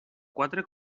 quatre